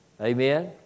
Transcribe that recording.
Amen